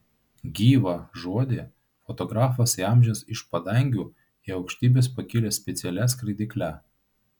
gyvą žodį fotografas įamžins iš padangių į aukštybes pakilęs specialia skraidykle